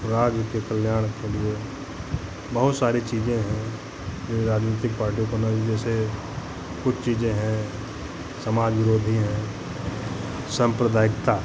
राज्य के कल्याण के लिए बहुत सारी चीज़ें हैं राजनीतिक पार्टी बनाई जैसे कुछ चीज़ें हैं समाज विरोधी हैं साम्प्रदायिकता